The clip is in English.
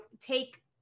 take